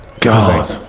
God